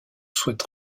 souhaite